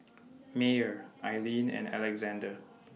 Meyer Ilene and Alexande